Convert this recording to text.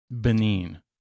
Benin